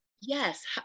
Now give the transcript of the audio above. Yes